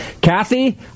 kathy